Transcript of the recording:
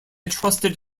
trusted